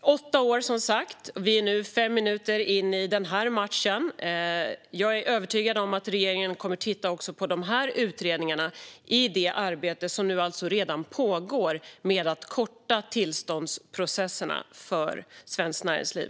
Åtta år, som sagt, och vi är nu fem minuter in i matchen. Jag är övertygad om att regeringen kommer att titta också på utredningarna i det arbete som nu alltså redan pågår med att korta tillståndsprocesserna för svenskt näringsliv.